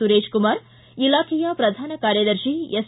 ಸುರೇಶಕುಮಾರ್ ಇಲಾಖೆಯ ಪ್ರಧಾನ ಕಾರ್ಯದರ್ಶಿ ಎಸ್